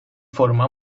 foruma